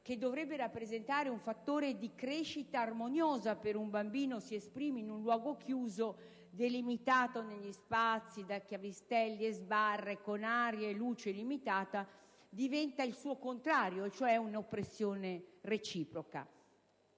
che dovrebbe rappresentare un fattore di crescita armoniosa per un bambino, si esprime infatti in un luogo chiuso, delimitato negli spazi da chiavistelli e sbarre e con aria e luce limitate, diventa il suo contrario, cioè un'oppressione reciproca.